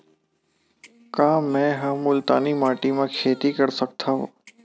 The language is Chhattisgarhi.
का मै ह मुल्तानी माटी म खेती कर सकथव?